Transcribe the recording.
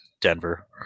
Denver